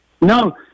no